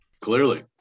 Clearly